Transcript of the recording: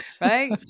Right